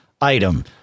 item